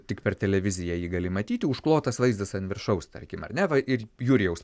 tik per televiziją ji gali matyti užklotas vaizdas ant viršaus tarkim ar ne va ir jurijaus